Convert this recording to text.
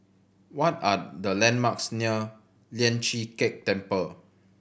what are the landmarks near Lian Chee Kek Temple